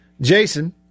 Jason